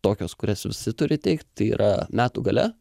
tokios kurias visi turi teikt tai yra metų gale